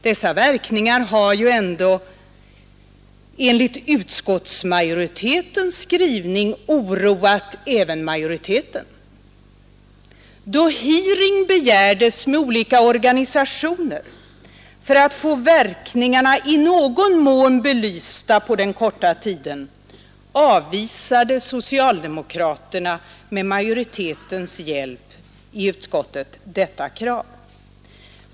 Dessa verkningar har ju ändå enligt utskottsmajoritetens skrivning oroat även majoriteten. Då hearing begärdes med olika organisationer för att få verkningarna i någon mån belysta på den korta tiden, avvisade socialdemokraterna detta krav.